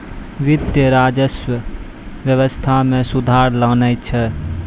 वित्त, राजस्व व्यवस्था मे सुधार लानै छै